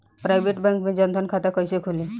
Private bank मे जन धन खाता कैसे खुली?